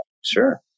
sure